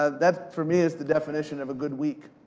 ah that, for me, is the definition of a good week.